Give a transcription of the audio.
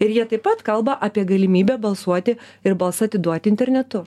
ir jie taip pat kalba apie galimybę balsuoti ir balsą atiduoti internetu